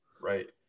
Right